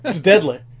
Deadly